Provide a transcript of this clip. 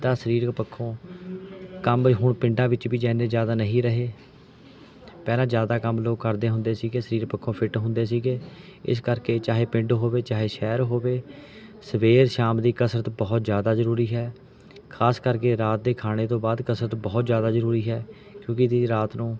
ਤਾਂ ਸਰੀਰਕ ਪੱਖੋਂ ਕੰਮ ਹੁਣ ਪਿੰਡਾਂ ਵਿੱਚ ਵੀ ਜ ਇੰਨੇ ਜਿਆਦਾ ਨਹੀਂ ਰਹੇ ਪਹਿਲਾਂ ਜ਼ਿਆਦਾ ਕੰਮ ਲੋਕ ਕਰਦੇ ਹੁੰਦੇ ਸੀ ਸਰੀਰਕ ਪੱਖੋਂ ਫਿੱਟ ਹੁੰਦੇ ਸੀ ਇਸ ਕਰਕੇ ਚਾਹੇ ਪਿੰਡ ਹੋਵੇ ਚਾਹੇ ਸ਼ਹਿਰ ਹੋਵੇ ਸਵੇਰ ਸ਼ਾਮ ਦੀ ਕਸਰਤ ਬਹੁਤ ਜ਼ਿਆਦਾ ਜ਼ਰੂਰੀ ਹੈ ਖਾਸ ਕਰਕੇ ਰਾਤ ਦੇ ਖਾਣੇ ਤੋਂ ਬਾਅਦ ਕਸਰਤ ਬਹੁਤ ਜ਼ਿਆਦਾ ਜ਼ਰੂਰੀ ਹੈ ਕਿਉਂਕਿ ਇਹਦੀ ਰਾਤ ਨੂੰ